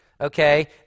okay